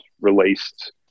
released